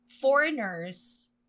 foreigners